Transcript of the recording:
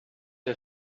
der